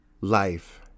life